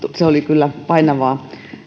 se oli kyllä painavaa